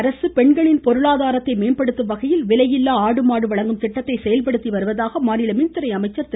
கங்கமணி தமிழக அரசு பெண்களின் பொருளாதாரத்தை மேம்படுத்தும் வகையில் விலையில்லா ஆடு மாடு வழங்கும் திட்டத்தை செயல்படுத்தி வருவதாக மாநில மின்துறை அமைச்சர் திரு